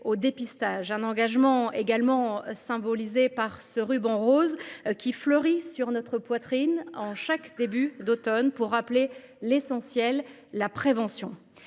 dépistage. Notre engagement est également symbolisé par ce ruban rose, qui fleurit sur notre poitrine chaque début d’automne pour rappeler l’essentiel : la prévention.